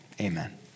Amen